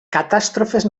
catàstrofes